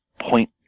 point